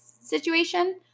situation